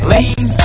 Lean